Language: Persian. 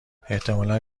احتمالا